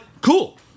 cool